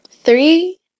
three